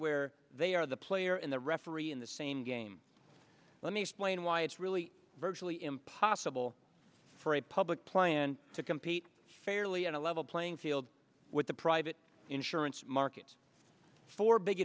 where they are the player in the referee in the same game let me explain why it's really virtually impossible for a public plan to compete fairly in a level playing field with the private insurance market for big